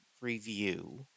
review